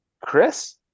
Chris